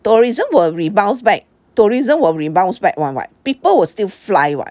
tourism will rebound back tourism will rebounds back [one] [what] people will still fly [what]